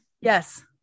yes